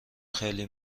خیلی